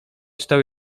czytał